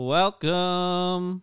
welcome